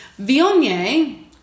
viognier